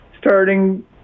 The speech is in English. starting